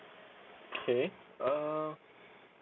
okay uh